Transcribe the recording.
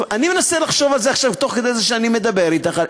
אני מנסה לחשוב על זה עכשיו תוך כדי זה שאני מדבר אתך.